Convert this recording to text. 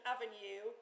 Avenue